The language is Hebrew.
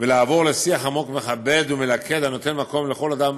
ולעבור לשיח עמוק, מכבד ומלכד, הנותן מקום לכל אדם